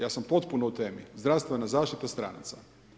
Ja sam potpuno u temi, zdravstvena zaštita stranaca.